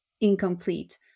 incomplete